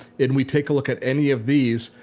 and we take a look at any of these,